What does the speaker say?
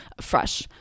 fresh